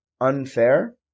unfair